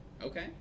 Okay